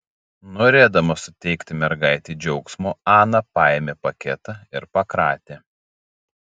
norėdama suteikti mergaitei džiaugsmo ana paėmė paketą ir pakratė